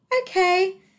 okay